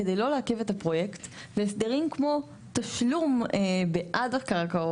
כדי לא לעכב את הפרויקט.״ והסדרים כמו תשלום בעד הקרקעות,